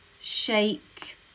shake